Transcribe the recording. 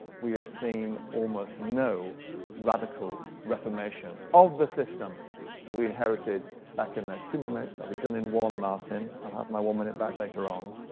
we have seen almost no radical reformation of the system that we inherited back in there. two more minutes, i'll be done in one martin. i'll have my one-minute back later on.